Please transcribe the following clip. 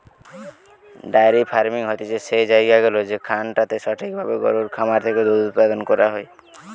diary farming হতিছে সেই জায়গাগুলা যেখানটাতে সঠিক ভাবে গরুর খামার থেকে দুধ উপাদান করা হয়